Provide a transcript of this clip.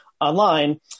online